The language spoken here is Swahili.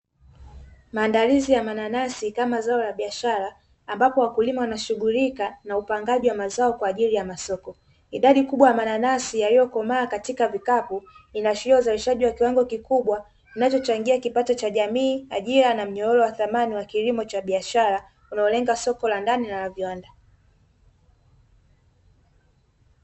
Maandalizi ya mananasi kama zao la biashara ambapo wakulima wanashughulika na upangaji wa mazao kwa ajili ya masoko. Idadi kubwa ya mananasi yaliyokomaa katika vikapu inaashiria uzalishaji wa kiwango kikubwa unachochangia kipato cha jamii, ajira na mnyororo wa thamani wa kilimo cha biashara unaolenga soko la ndani na la viwanda.